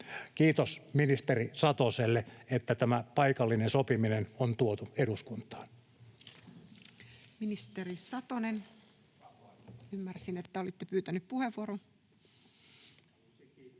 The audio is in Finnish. Kiitos ministeri Satoselle, että tämä paikallinen sopiminen on tuotu eduskuntaan.